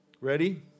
Ready